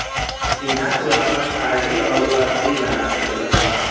इहाँ तू आपन आर.डी अउर एफ.डी बना सकेला